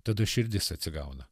tada širdis atsigauna